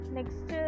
Next